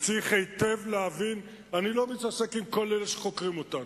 צריך להבין היטב שאני לא מתעסק עם כל אלה שחוקרים אותנו.